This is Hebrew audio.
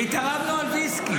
והתערבנו על ויסקי.